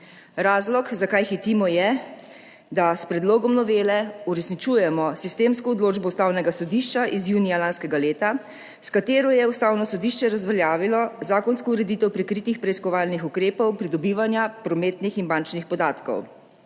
Razlog, zakaj hitimo, je, da s predlogom novele uresničujemo sistemsko odločbo Ustavnega sodišča iz junija lanskega leta, s katero je Ustavno sodišče razveljavilo zakonsko ureditev prikritih preiskovalnih ukrepov pridobivanja prometnih in bančnih podatkov.